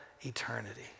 eternity